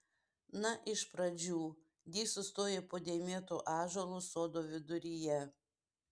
na iš pradžių di sustojo po dėmėtu ąžuolu sodo viduryje